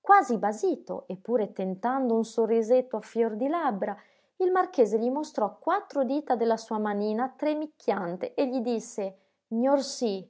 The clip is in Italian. quasi basito eppur tentando un sorrisetto a fior di labbra il marchese gli mostrò quattro dita della sua manina tremicchiante e gli disse gnorsì